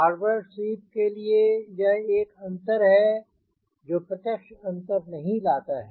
forward sweep के लिए यह एक अंतर है जो प्रत्यक्ष अंतर नहीं लाता है